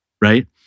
right